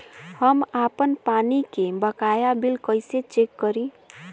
हम आपन पानी के बकाया बिल कईसे चेक करी?